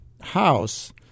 House